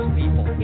people